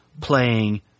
playing